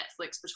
Netflix